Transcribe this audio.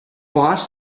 boss